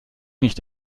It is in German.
nicht